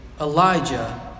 Elijah